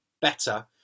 better